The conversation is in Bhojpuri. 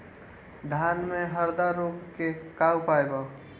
धान में हरदा रोग के का उपाय बा?